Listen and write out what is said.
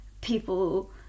people